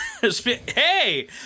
Hey